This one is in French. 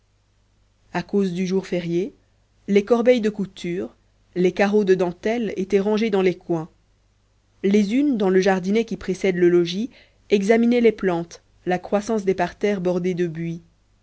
à cause du jour férié les corbeilles de couture les carreaux de dentelle étaient rangés dans les coins les unes dans le jardinet qui précède le logis examinaient les plantes la croissance des parterres bordés de buis